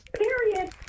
Period